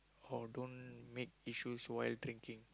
or don't make issues while drinking